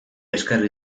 esker